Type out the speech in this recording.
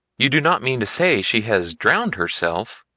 you do not mean to say she has drowned herself?